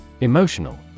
Emotional